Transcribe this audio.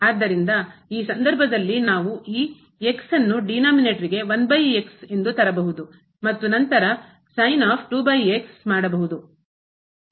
ಆದ್ದರಿಂದ ಈ ಸಂದರ್ಭದಲ್ಲಿ ನಾವು ಈ ಅನ್ನು denominator ಗೆ ಎಂದು ತರಬಹುದು ಮತ್ತು ನಂತರ